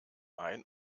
ein